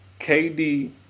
KD